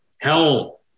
Hell